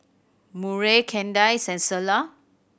Murray Kandice and Selah